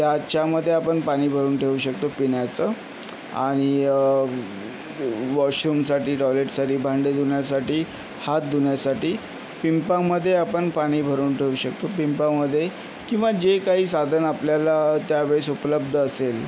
त्याच्यामध्ये आपण पाणी भरून ठेवू शकतो पिण्याचं आणि वॉशरूमसाठी टॉयलेटसाठी भांडे धुण्यासाठी हात धुण्यासाठी पिंपामध्ये आपण पाणी भरून ठेवू शकतो पिंपामध्ये किंवा जे काही साधन आपल्याला त्यावेळेस उपलब्ध असेल